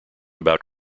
about